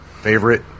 favorite